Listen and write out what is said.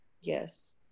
Yes